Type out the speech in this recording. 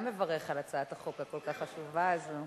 מברך על הצעת החוק הכל-כך חשובה הזאת.